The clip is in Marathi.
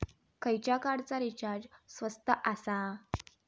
खयच्या कार्डचा रिचार्ज स्वस्त आसा?